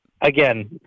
again